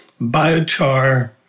Biochar